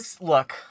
Look